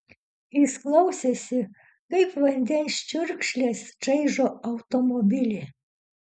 jis klausėsi kaip vandens čiurkšlės čaižo automobilį